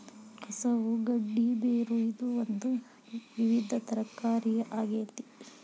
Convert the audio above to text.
ಕೆಸವು ಗಡ್ಡಿ ಬೇರು ಇದು ಒಂದು ವಿವಿಧ ತರಕಾರಿಯ ಆಗೇತಿ